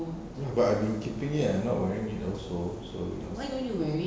ya but I've been keeping it and not wearing it also so it's